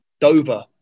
Dover